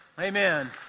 Amen